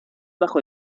bajo